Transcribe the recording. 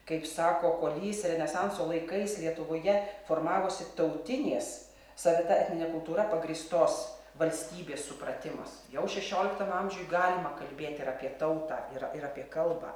kaip sako kuolys renesanso laikais lietuvoje formavosi tautinės savita etnine kultūra pagrįstos valstybės supratimas jau šešioliktam amžiuj galima kalbėt ir apie tautą ir ir apie kalbą